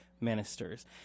ministers